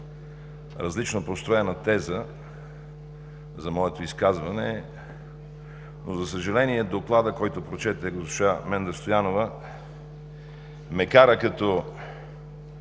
различно построена теза за моето изказване, но, за съжаление, Докладът, който прочете госпожа Менда Стоянова, ме кара, като